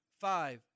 five